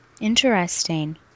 Interesting